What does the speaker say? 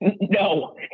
No